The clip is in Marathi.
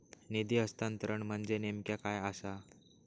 निधी हस्तांतरण म्हणजे नेमक्या काय आसा?